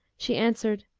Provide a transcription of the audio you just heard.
she answered,